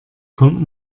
kommt